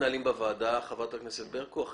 את